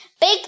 Big